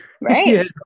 Right